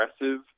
aggressive